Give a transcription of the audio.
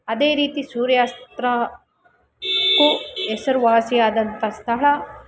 ಅದೇ ರೀತಿ ಸೂರ್ಯಾಸ್ತಕ್ಕು ಹೆಸರುವಾಸಿ ಆದಂಥ ಸ್ಥಳ